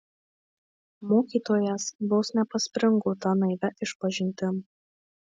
mokytojas vos nepaspringo ta naivia išpažintim